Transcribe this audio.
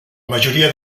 majoria